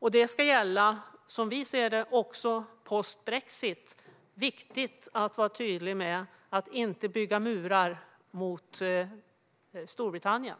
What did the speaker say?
Detta ska, som vi ser det, gälla också post brexit. Det är viktigt att vara tydlig med att vi inte ska bygga murar mot Storbritannien.